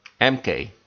MK